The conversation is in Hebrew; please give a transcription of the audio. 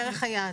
לערך היעד.